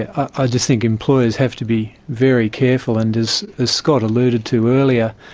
i just think employers have to be very careful, and as ah scott alluded to earlier,